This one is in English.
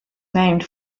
named